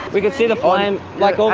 we could see the flame, like,